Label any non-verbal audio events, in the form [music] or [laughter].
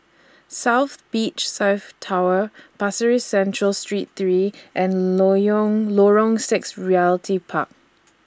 South Beach South Tower Pasir Ris Central Street three and [unintelligible] Lorong six Realty Park